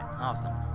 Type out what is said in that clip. Awesome